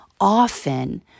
often